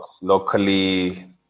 locally